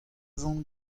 vont